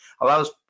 allows